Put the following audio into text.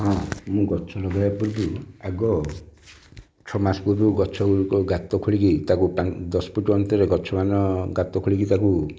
ହଁ ମୁଁ ଗଛ ଲଗାଇବା ପୂର୍ବରୁ ଆଗ ଛଅ ମାସ ପୂର୍ବରୁ ଗଛ ଗୁଡ଼ିକ ଗାତ ଖୋଳିକି ତାକୁ ପାଞ୍ଚ ଦଶ ଫୁଟ ଅନ୍ତରେ ଗଛ ମାନ ଗାତ ଖୋଳିକି ତାକୁ